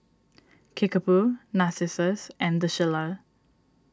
Kickapoo Narcissus and the Shilla